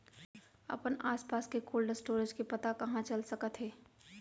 अपन आसपास के कोल्ड स्टोरेज के पता कहाँ चल सकत हे?